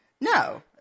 no